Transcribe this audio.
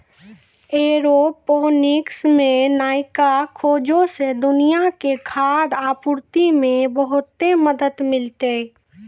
aeroponics मे नयका खोजो से दुनिया के खाद्य आपूर्ति मे बहुते मदत मिलतै